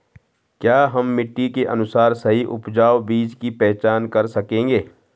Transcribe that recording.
क्या हम मिट्टी के अनुसार सही उपजाऊ बीज की पहचान कर सकेंगे?